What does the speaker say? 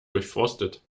durchforstet